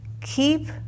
keep